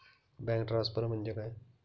Bank transfer म्हणजे काय?